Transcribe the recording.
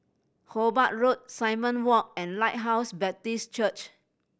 Hobart Road Simon Walk and Lighthouse Baptist Church